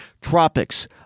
Tropics